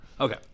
Okay